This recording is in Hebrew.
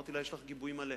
אמרתי לה: יש לך גיבוי מלא.